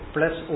Plus